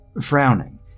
Frowning